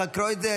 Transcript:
יצחק קרויזר,